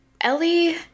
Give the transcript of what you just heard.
ellie